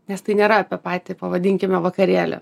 nes tai nėra apie patį pavadinkime vakarėlį